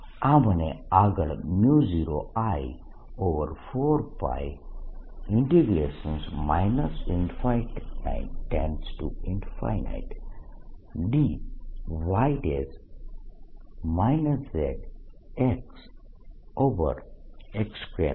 આ મને આગળ0I4π ∞dy z xx2y232 આપે છે